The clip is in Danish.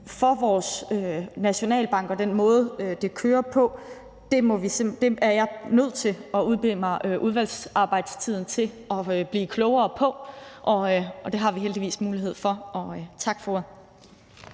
for vores Nationalbank og den måde, det kører på, er jeg nødt til at bede om udvalgsarbejdstiden til at blive klogere på det, og det har vi heldigvis mulighed for. Tak for